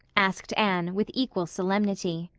asked anne with equal solemnity.